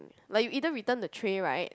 like you either return the tray right